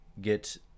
get